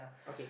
okay